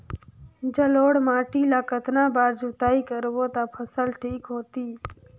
जलोढ़ माटी ला कतना बार जुताई करबो ता फसल ठीक होती?